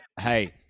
hey